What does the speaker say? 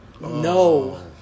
No